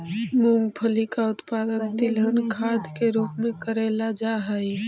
मूंगफली का उत्पादन तिलहन खाद के रूप में करेल जा हई